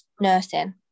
nursing